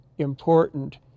important